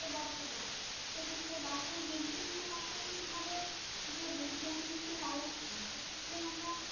বর্তমান সে ক্ষেত্রে গাছের বিভিন্ন রকমভাবে যে বিজ্ঞানভিত্তিক আলোচনা সে ক্ষেত্রে আমরা